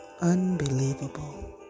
unbelievable